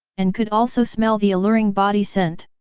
and could also smell the alluring body scent.